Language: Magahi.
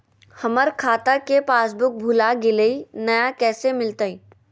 हमर खाता के पासबुक भुला गेलई, नया कैसे मिलतई?